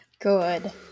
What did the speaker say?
Good